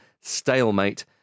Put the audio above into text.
stalemate